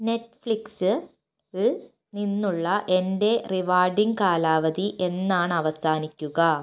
നെറ്റ്ഫ്ലിക്സിൽ നിന്നുള്ള എൻ്റെ റിവാർഡിങ് കാലാവധി എന്നാണ് അവസാനിക്കുക